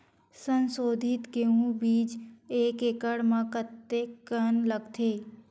संसोधित गेहूं बीज एक एकड़ म कतेकन लगथे?